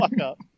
up